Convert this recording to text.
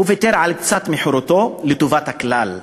הוא ויתר על קצת מחירותו לטובת הכלל.